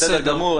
זה בסדר גמור.